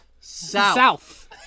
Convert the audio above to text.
South